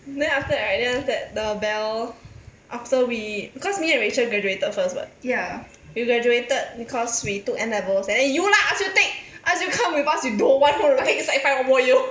then after that right then after that the bel after we because me and rachel graduated first what you graduated because we took N levels and then you lah ask you take ask you come with us you don't want want to take sec five one more year